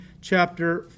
chapter